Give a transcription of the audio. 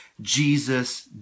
Jesus